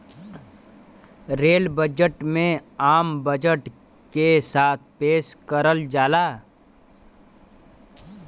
rail budget में आम budget के साथ पेश करल जाला